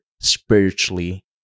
spiritually